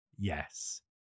Yes